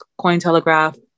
Cointelegraph